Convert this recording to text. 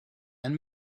and